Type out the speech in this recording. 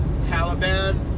Taliban